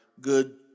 Good